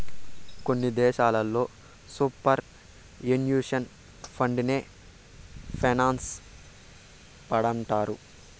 కొన్ని దేశాల్లో superannuation ఫండేనే పెన్సన్ ఫండంటారు